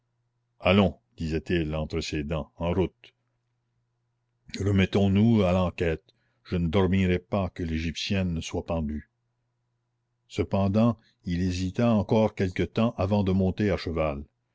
allons disait-il entre ses dents en route remettons nous à l'enquête je ne dormirai pas que l'égyptienne ne soit pendue cependant il hésita encore quelque temps avant de monter à cheval